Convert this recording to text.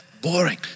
boring